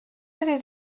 wedi